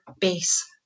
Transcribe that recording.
base